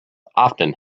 often